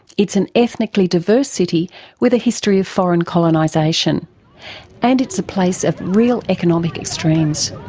it's an ethnically diverse city with a history of foreign colonization and it's a place of real economic extremes.